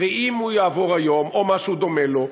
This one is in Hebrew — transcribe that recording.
ואם הוא יעבור היום, או משהו דומה לו,